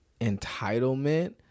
entitlement